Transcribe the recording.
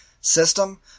system